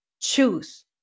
choose